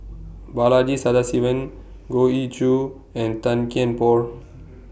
Balaji Sadasivan Goh Ee Choo and Tan Kian Por